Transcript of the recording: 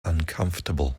uncomfortable